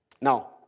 Now